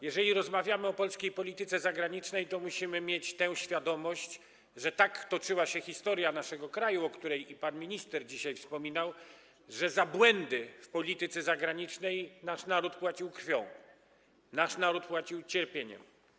Jeżeli rozmawiamy o polskiej polityce zagranicznej, to musimy mieć tę świadomość, że tak toczyła się historia naszego kraju, o której i pan minister dzisiaj wspominał, że za błędy w polityce zagranicznej nasz naród płacił krwią, nasz naród płacił cierpieniem.